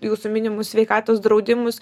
jūsų minimus sveikatos draudimus